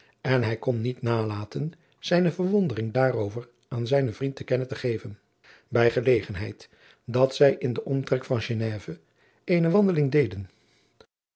en hij kon niet nalaten zijne verwondering daarover aan zijnen vriend te kennen te geven bij gelegenheid dat zij in den omtrek van geneve eene wandeling deden